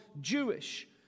Jewish